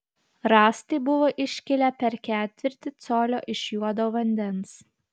rąstai buvo iškilę per ketvirtį colio iš juodo vandens